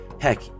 heck